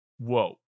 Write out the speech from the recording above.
whoa